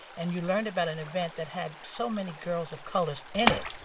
and you learned about an event that had so many girls of colors in it,